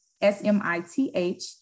S-M-I-T-H